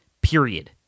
period